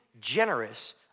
generous